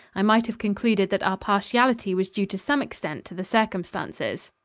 i might have concluded that our partiality was due to some extent to the circumstances.